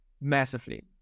massively